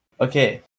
Okay